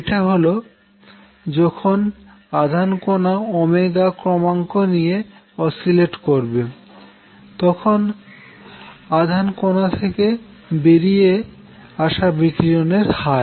এটা হল যখন আধান কনা কমাঙ্ক নিয়ে অসিলেট করবে তখন আধান কনা থেকে বেরিয়ে আসা বিকিরণের হার